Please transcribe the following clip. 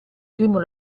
primo